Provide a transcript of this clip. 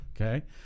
Okay